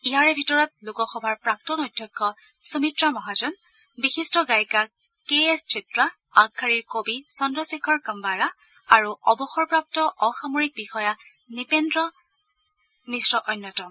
ইয়াৰে ভিতৰত লোকসভাৰ প্ৰাক্তন অধ্যক্ষ সুমিত্ৰা মহাজন বিশিষ্ট গায়িকা কে এছ ছিত্ৰা আগশাৰীৰ কবি চন্দ্ৰ শ্বেখৰ কাম্বাৰা আৰু অৱসৰপ্ৰাপ্ত অসমাৰিক বিষয়া নূপেজ্ৰ মিশ্ৰ অন্যতম